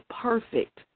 perfect